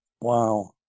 wow